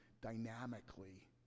dynamically